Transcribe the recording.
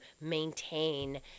maintain